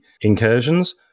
incursions